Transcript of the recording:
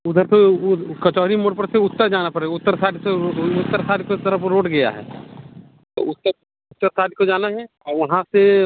उधर तो वह कचहरी मोड़ पड़ता है उत्तर जहाँ पर है उत्तर साइड स उत्तर साइड की ओर तरफ़ रोड गया है तो उत्तर उत्तर साड को जाना है आर वहाँ से